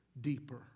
deeper